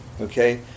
Okay